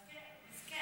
מסכן.